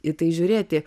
į tai žiūrėti